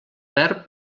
verb